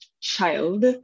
child